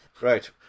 Right